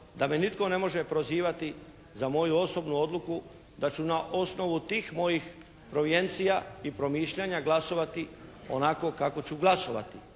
da me nitko ne može prozivati za moju osobnu odluku da ću na osnovu tih mojih provijencija i promišljanja glasovati onako kako ću glasovati.